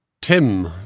Tim